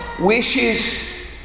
wishes